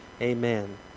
Amen